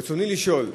רצוני לשאול: